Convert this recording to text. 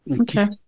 Okay